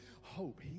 hope